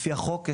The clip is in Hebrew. לפי החוק,